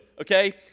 okay